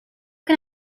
can